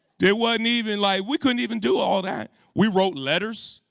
there wasn't even like we couldn't even do all that. we wrote letters,